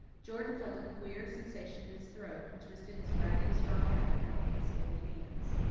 jordan felt a queer sensation in his throat, and twisted his ragged straw hat about in his big hands.